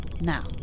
now